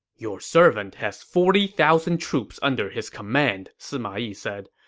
your servant has forty thousand troops under his command, sima yi said.